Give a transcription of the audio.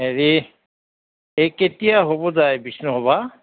হেৰি এই কেতিয়া হ'ব যায় বিষ্ণু সভা